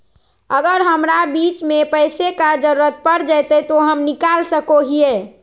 अगर हमरा बीच में पैसे का जरूरत पड़ जयते तो हम निकल सको हीये